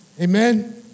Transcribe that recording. Amen